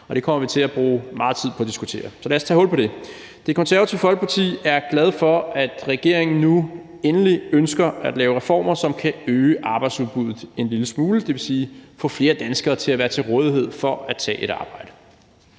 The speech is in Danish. og det kommer vi til at bruge meget tid på at diskutere. Så lad os tage hul på det. Det Konservative Folkeparti er glad for, at regeringen nu endelig ønsker at lave reformer, som kan øge arbejdsudbuddet en lille smule, det vil sige få flere danskere til at være til rådighed for at tage et arbejde.